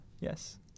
Yes